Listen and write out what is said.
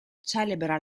celebra